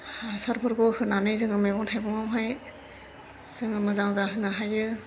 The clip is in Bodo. हासारफोरखौ होनानै जोङो मैगं थाइगंआवहाय जोङो मोजां जाहोनो हायो